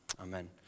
Amen